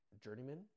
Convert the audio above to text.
journeyman